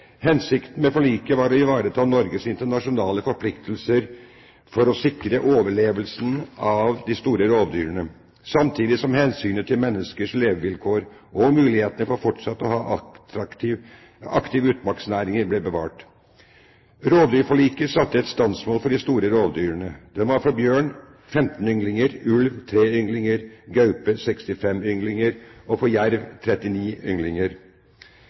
Hensikten med forliket var å ivareta Norges internasjonale forpliktelser til å sikre overlevelsen av de store rovdyrene, samtidig som hensynet til menneskers levevilkår og mulighetene for fortsatt å ha aktive utmarksnæringer ble bevart. Rovdyrforliket satte et bestandsmål for de store rovdyrene. Det var for bjørn 15 ynglinger, ulv 3 ynglinger, gaupe 65 ynglinger og jerv 39 ynglinger.